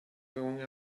going